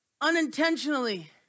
Unintentionally